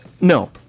no